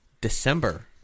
December